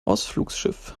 ausflugsschiff